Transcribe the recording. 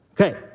Okay